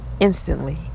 Instantly